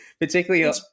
particularly